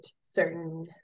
certain